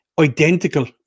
Identical